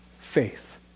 faith